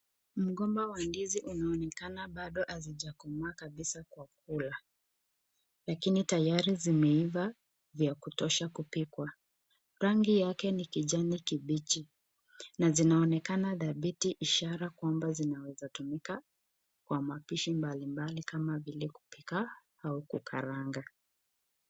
Mgomba wa ndizi unaonekana bado hazijakomaa kabisa kwa kula. Lakini tayari zimeiva vya kutosha kupikwa. Rangi yake ni kijani kibichi, na zinaonekana dhabiti ishara kwamba zinaweza kutumika kwa mapishi mbali mbali kama vile kupika au kukaranga.